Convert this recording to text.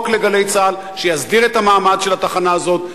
ל"גלי צה"ל" שיסדיר את המעמד של התחנה הזאת.